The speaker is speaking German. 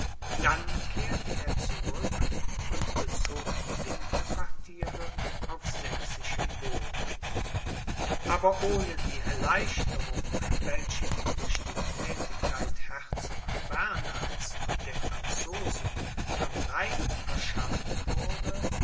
dann kehrte er zurück und bezog die winterquartiere auf sächsischem boden aber ohne die erleichterung welche ihm durch die thätigkeit herzog bernhards und der franzosen am rhein verschafft wurde